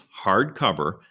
hardcover